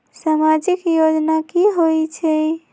समाजिक योजना की होई छई?